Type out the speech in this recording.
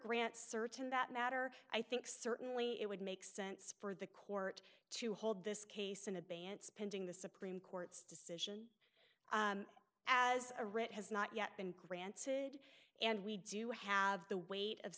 certain that matter i think certainly it would make sense for the court to hold this case in advance pending the supreme court's decision as a writ has not yet been granted and we do have the weight of